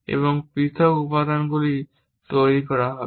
এবং পৃথক উপাদানগুলি তৈরি করা হবে